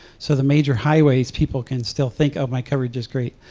so the major highways, people can still think of my coverage is great.